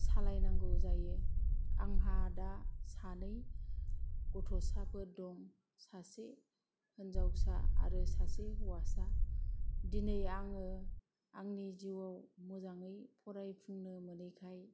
सालायनांगौ जायो आंहा दा सानै गथ'साफोर दं सासे हिनजावसा आरो सासे हौवासा दिनै आङो आंनि जिउआव मोजाङै फरायफुंनो मोनैखाय